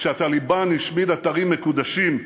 כשה"טליבאן" השמיד אתרים מקודשים,